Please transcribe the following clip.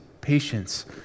patience